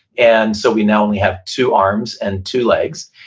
and so we now only have two arms and two legs,